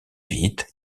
vite